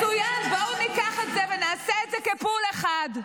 מצוין, בואו ניקח את זה ונעשה את זה כ-pool אחד,